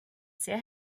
sehr